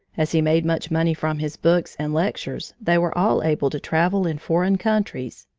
as he made much money from his books and lectures, they were all able to travel in foreign countries,